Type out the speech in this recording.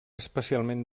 especialment